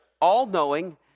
all-knowing